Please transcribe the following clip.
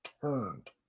turned